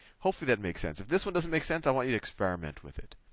hopefully that makes sense. if this one doesn't make sense, i want you to experiment with it.